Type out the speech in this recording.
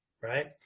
right